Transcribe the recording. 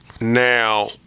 Now